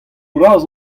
bras